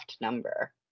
number